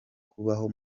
kubaho